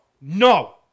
No